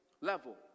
level